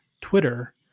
Twitter